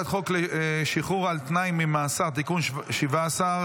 חוק שחרור על תנאי ממאסר (תיקון מס' 17,